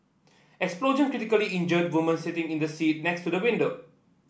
explosion critically injured woman sitting in the seat next to the window